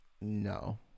No